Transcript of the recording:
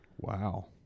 Wow